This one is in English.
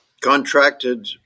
contracted